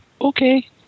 okay